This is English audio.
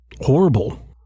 horrible